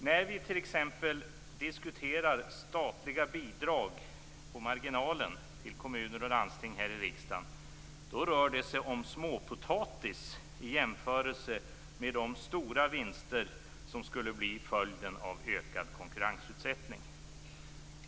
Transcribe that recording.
När vi här i riksdagen diskuterar statliga bidrag på marginalen till kommuner och landsting, rör det sig om småpotatis i jämförelse med de stora vinster som skulle bli följden av ökad konkurrensutsättning.